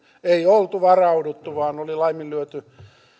ei oltu varauduttu vaan oli laiminlyöty